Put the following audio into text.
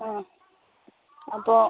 ആ അപ്പോൾ